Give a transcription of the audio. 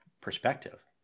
perspective